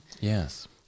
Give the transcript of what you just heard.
Yes